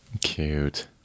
Cute